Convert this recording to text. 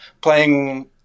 playing